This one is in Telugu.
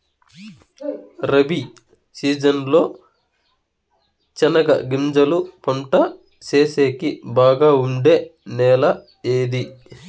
రబి సీజన్ లో చెనగగింజలు పంట సేసేకి బాగా ఉండే నెల ఏది?